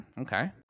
okay